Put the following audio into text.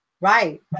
Right